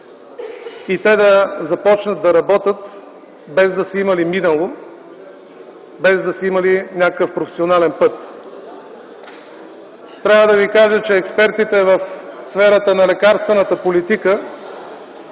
и те да започнат да работят без да са имали минало, без да са имали някакъв професионален път. Трябва да ви кажа, че експертите в сферата на лекарствената политика